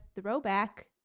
throwback